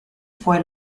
fue